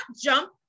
jump